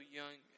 young